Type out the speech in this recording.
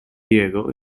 diego